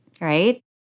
right